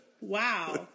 Wow